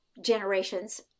generations